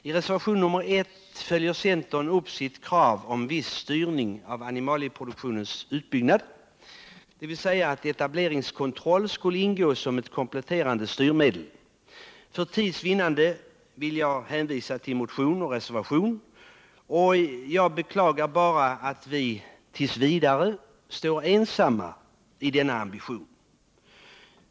I reservationen 1 följer centern upp sitt krav om viss styrning av animalieproduktionens utbyggnad, dvs. att etableringskontroll skulle ingå som ett kompletterande styrmedel. För tids vinnande vill jag hänvisa till motion och reservation. Jag beklagar bara att vi t. v. står ensamma i denna ambition.